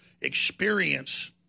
experience